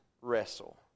wrestle